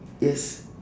yes